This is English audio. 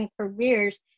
careers